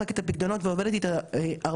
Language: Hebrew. אני יודעת שהם עושים בדיקות פרטניות